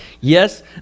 Yes